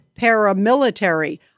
paramilitary